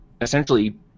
Essentially